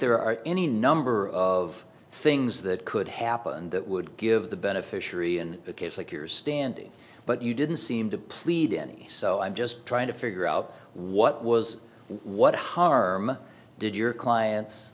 there are any number of things that could happen that would give the beneficiary in a case like your standing but you didn't seem to plead any so i'm just trying to figure out what was what harm did your clients